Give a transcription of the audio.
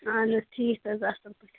اَہَن حظ ٹھیٖک حظ اَصٕل پٲٹھۍ